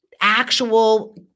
actual